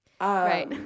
Right